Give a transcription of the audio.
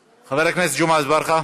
איננו, חבר הכנסת ג'מעה אזברגה,